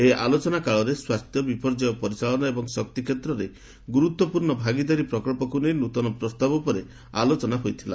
ଏହି ଆଲୋଚନା କାଳରେ ସ୍ୱାସ୍ଥ୍ୟ ବିପର୍ଯ୍ୟୟ ପରିଚାଳନା ଏବଂ ଶକ୍ତି କ୍ଷେତ୍ରରେ ଗୁରୁତ୍ୱପୂର୍ଣ୍ଣ ଭାଗିଦାରୀ ପ୍ରକଳ୍ପକୁ ନେଇ ନୂତନ ପ୍ରସ୍ତାବ ଉପରେ ଆଲୋଚନା ହୋଇଥିଲା